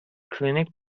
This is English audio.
clinic